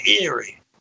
eerie